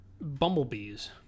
bumblebees